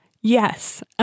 yes